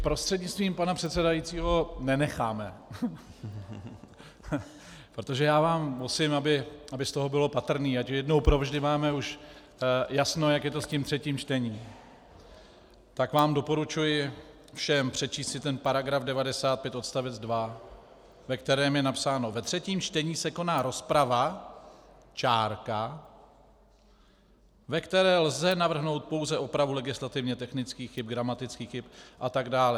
Prostřednictvím pana předsedajícího, nenecháme , protože já vám musím, aby z toho bylo patrné, ať jednou provždy máme už jasno, jak je to s tím třetím čtením, tak vám doporučuji všem přečíst si ten § 95 odst. 2, ve kterém je napsáno: Ve třetím čtení se koná rozprava, ve které lze navrhnout pouze opravu legislativně technických chyb, gramatických chyb atd.